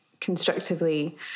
constructively